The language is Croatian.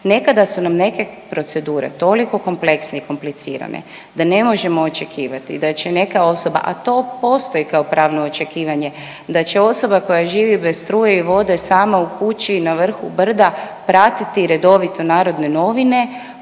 Nekada su nam neke procedure toliko kompleksne i komplicirane da ne možemo očekivati da će neka osoba, a to postoji kao pravno očekivanje da će osoba koja živi bez struje i vode sama u kući na vrhu brda pratiti redovito Narodne Novine,